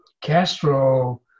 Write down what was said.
Castro